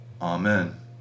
Amen